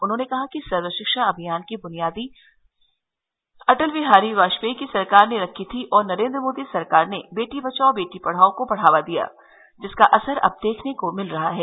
उन्होंने कहा कि सर्व शिक्षा अभियान की बुनियाद अटल बिहारी वाजपेई की सरकार ने रखी थी और श्री नरेन्द्र मोदी सरकार ने बेटी बचाओ बेटी पढ़ाओ को बढ़ावा दिया जिसका असर अब देखने को मिल रहा है